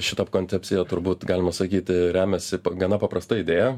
šita koncepcija turbūt galima sakyti remiasi gana paprasta idėja